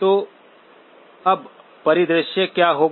तो अब परिदृश्य क्या होगा